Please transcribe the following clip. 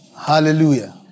Hallelujah